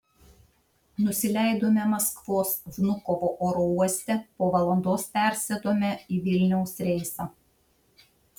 nusileidome maskvos vnukovo oro uoste po valandos persėdome į vilniaus reisą